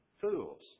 fools